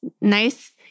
nice